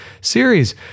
series